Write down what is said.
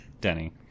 Denny